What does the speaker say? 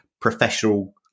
professional